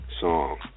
song